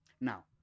Now